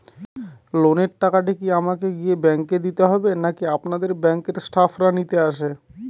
লোনের টাকাটি কি আমাকে গিয়ে ব্যাংক এ দিতে হবে নাকি আপনাদের ব্যাংক এর স্টাফরা নিতে আসে?